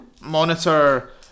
monitor